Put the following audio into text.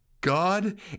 God